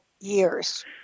years